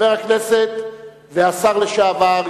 חבר הכנסת והשר לשעבר,